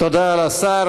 תודה לשר.